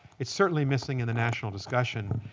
it's certainly missing in the national discussion.